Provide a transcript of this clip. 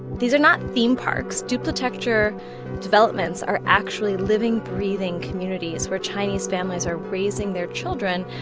these are not theme parks. duplitecture developments are actually living, breathing communities where chinese families are raising their children.